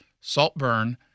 Saltburn